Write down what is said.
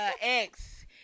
ex